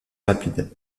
rapide